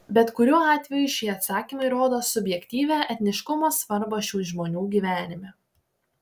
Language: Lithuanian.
bet kuriuo atveju šie atsakymai rodo subjektyvią etniškumo svarbą šių žmonių gyvenime